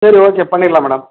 சரி ஓகே பண்ணிடலாம் மேடம்